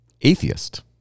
atheist